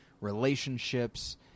relationships